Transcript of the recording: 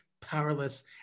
powerless